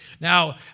Now